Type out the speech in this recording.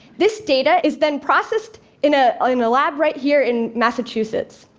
this data is then processed in a um ah lab right here in massachusetts.